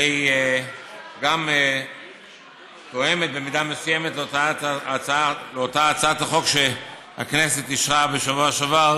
והיא גם תואמת במידה מסוימת לאותה הצעת חוק שהכנסת אישרה בשבוע שעבר